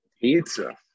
pizza